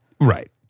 right